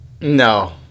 no